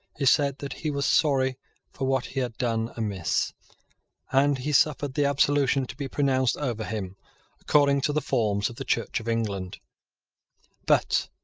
he said that he was sorry for what he had done amiss and he suffered the absolution to be pronounced over him according to the forms of the church of england but,